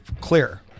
clear